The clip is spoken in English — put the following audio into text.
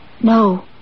No